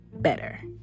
better